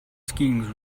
skiing